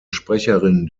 sprecherin